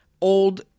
old